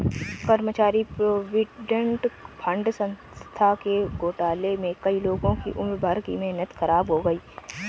कर्मचारी provident fund संस्था के घोटाले में कई लोगों की उम्र भर की मेहनत ख़राब हो गयी